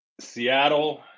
Seattle